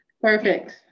Perfect